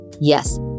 Yes